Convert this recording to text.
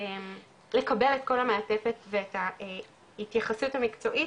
לקבל את כל המעטפת ואת ההתייחסות המקצועית